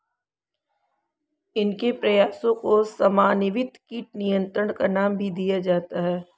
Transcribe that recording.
इनके प्रयासों को समन्वित कीट नियंत्रण का नाम भी दिया जाता है